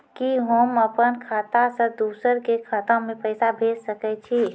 कि होम अपन खाता सं दूसर के खाता मे पैसा भेज सकै छी?